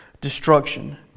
destruction